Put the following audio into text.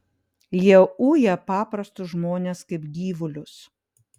jie uja paprastus žmones kaip gyvulius